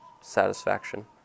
satisfaction